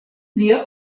lia